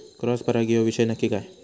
Cross परागी ह्यो विषय नक्की काय?